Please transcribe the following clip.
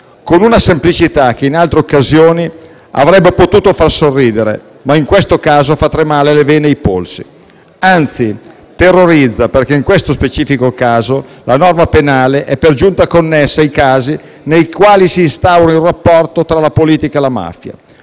con una semplicità che in altre occasioni avrebbe potuto far sorridere, ma in questo caso fa tremare le vene ai polsi. Anzi, terrorizza perché in questo specifico caso la norma penale è per giunta connessa ai casi nei quali si instaura un rapporto tra la politica e la mafia,